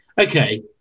Okay